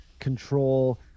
control